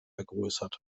vergrößert